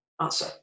answer